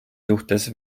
suhtes